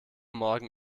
morgen